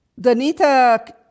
Danita